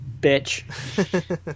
bitch